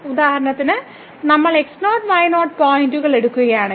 ഉദാഹരണത്തിന് നമ്മൾ x0 y0 പോയിന്റുകൾ എടുക്കുകയാണെ ങ്കിൽ